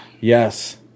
Yes